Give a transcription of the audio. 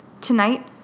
Tonight